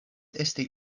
esti